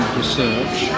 research